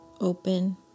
open